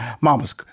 Mama's